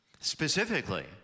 specifically